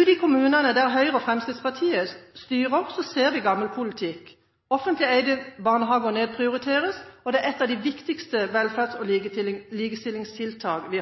Ute i kommunene der Høyre og Fremskrittspartiet styrer, ser vi gammel politikk. Offentlig eide barnehager nedprioriteres, og det er et av de viktigste velferds- og likestillingstiltak